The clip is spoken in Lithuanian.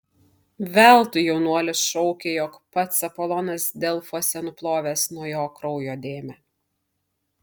veltui jaunuolis šaukė jog pats apolonas delfuose nuplovęs nuo jo kraujo dėmę